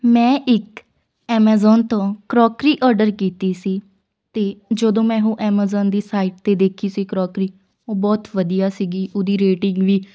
ਮੈਂ ਇੱਕ ਐਮਾਜ਼ੋਨ ਤੋਂ ਕਰੋਕਰੀ ਔਡਰ ਕੀਤੀ ਸੀ ਅਤੇ ਜਦੋਂ ਮੈਂ ਉਹ ਐਮਜ਼ਨ ਦੀ ਸਾਈਟ 'ਤੇ ਦੇਖੀ ਸੀ ਕਰੋਕਰੀ ਉਹ ਬਹੁਤ ਵਧੀਆ ਸੀਗੀ ਉਹਦੀ ਰੇਟਿੰਗ ਵੀ